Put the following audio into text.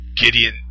Gideon